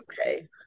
okay